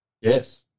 Yes